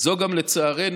וזו גם, לצערנו,